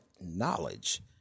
knowledge